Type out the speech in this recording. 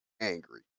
angry